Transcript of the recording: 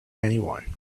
anyone